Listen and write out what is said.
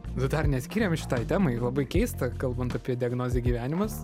dar neskyrėm šitai temai labai keista kalbant apie diagnozę gyvenimas